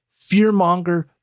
fearmonger